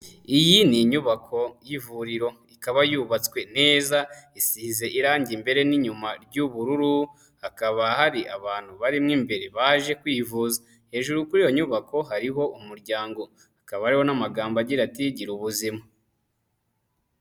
Iyi ni inyubako y'ivuriro ikaba yubatswe neza, isize iran imbere n'inyuma ry'ubururu, hakaba hari abantu barimo imbere baje kwivuza, hejuru kuri iyo nyubako hariho umuryango, hakaba hari n'amagambo agira ati gira ubuzima.